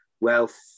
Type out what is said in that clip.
wealth